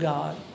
God